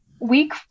week